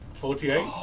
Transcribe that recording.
Forty-eight